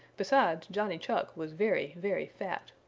besides, johnny chuck was very, very fat.